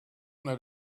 that